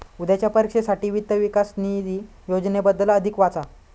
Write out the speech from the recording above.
उद्याच्या परीक्षेसाठी वित्त विकास निधी योजनेबद्दल अधिक वाचा